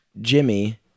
Jimmy